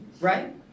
right